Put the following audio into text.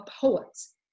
poets